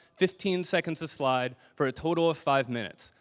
fifteen seconds a slide, for a total of five minutes.